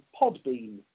Podbean